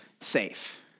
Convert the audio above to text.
safe